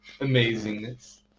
amazingness